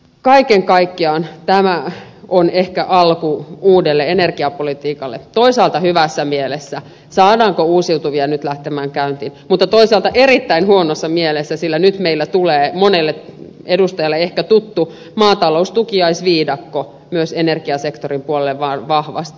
kaiken kaikkiaan tämä on ehkä alku uudelle energiapolitiikalle toisaalta hyvässä mielessä saadaanko uusiutuvia nyt lähtemään käyntiin mutta toisaalta erittäin huonossa mielessä sillä nyt meillä tulee monelle edustajalle ehkä tuttu maataloustukiaisviidakko myös energiasektorin puolelle vahvasti